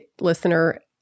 listener